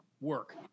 work